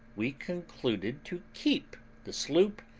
we concluded to keep the sloop,